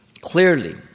clearly